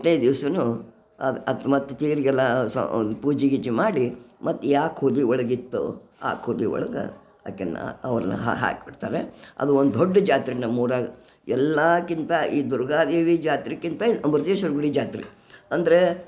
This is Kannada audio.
ಎಂಟನೇ ದಿವಸಾನು ಅದು ಅದು ಮತ್ತು ತೇರಿಗೆಲ್ಲ ಸ ಪೂಜೆ ಗೀಜೆ ಮಾಡಿ ಮತ್ತೆ ಯಾವ ಕೂದಲು ಒಳಗಿತ್ತೋ ಆ ಕೂದಲು ಒಳಗೆ ಆಕೇನ ಅವ್ರ್ನ ಹಾಕ್ಬಿಟ್ತವೆ ಅದು ಒಂದು ದೊಡ್ಡ ಜಾತ್ರೆ ನಮ್ಮೂರಾಗ ಎಲ್ಲಾಕ್ಕಿಂತ ಈ ದುರ್ಗಾ ದೇವಿ ಜಾತ್ರೆಕ್ಕಿಂತ ಇದು ಅಮೃತೇಶ್ವರ ಗುಡಿ ಜಾತ್ರೆ ಅಂದರೆ